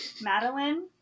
Madeline